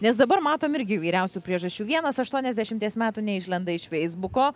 nes dabar matom irgi įvairiausių priežasčių vienas aštuoniasdešimties metų neišlenda iš feisbuko